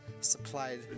supplied